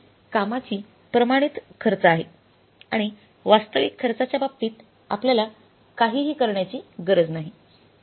ही कामाची प्रमाणित खर्च आहे आणि वास्तविक खर्चाच्या बाबतीत आपल्याला काहीही करण्याची गरज नाही